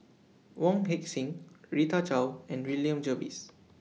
Wong Heck Sing Rita Chao and William Jervois